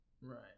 Right